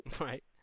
Right